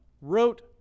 wrote